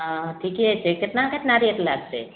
हाँ ठीके छै केतना केतना रेट लागतय